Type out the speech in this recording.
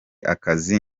akazi